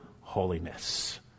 holiness